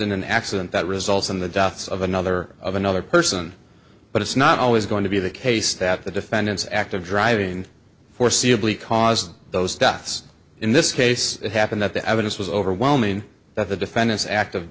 in an accident that results in the death of another of another person but it's not always going to be the case that the defendant's act of driving for c oblique caused those deaths in this case it happened that the evidence was overwhelming that the defendant's act of